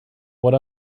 what